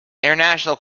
international